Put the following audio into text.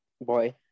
boy